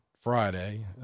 Friday